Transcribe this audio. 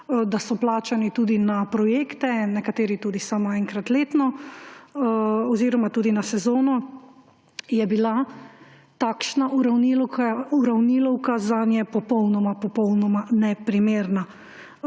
da so plačani tudi na projekte, nekateri tudi samo enkrat letno oziroma tudi na sezono, je bila takšna uravnilovka zanje popolnoma popolnoma neprimerna,